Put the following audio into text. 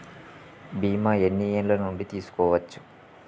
బీమా ఎన్ని ఏండ్ల నుండి తీసుకోవచ్చు?